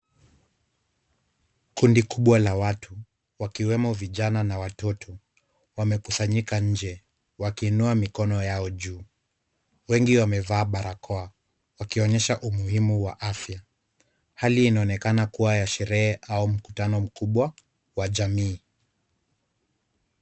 Kundi kubwa la watu wakiwemo vijana na watoto wamekusanyika nje wakiinua mikono yao juu. Wengi wamevaa barakoa wakionyesha umuhimu wa afya. Hali inaonekana ya sherehe au mkutano mkubwa wa jamii.